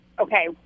okay